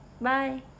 bye